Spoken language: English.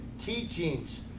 teachings